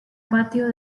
patio